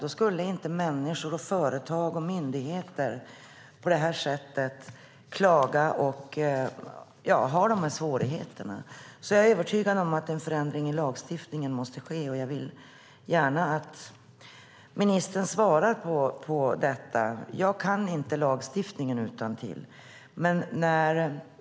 Då skulle inte människor, företag och myndigheter klaga på det här sättet och ha dessa svårigheter. Jag är övertygad om att en förändring i lagstiftningen måste ske, och jag vill gärna att ministern svarar på detta. Jag kan inte lagstiftningen utantill.